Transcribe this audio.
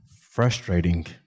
Frustrating